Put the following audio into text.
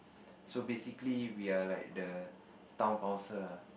so basically we're like the town council ah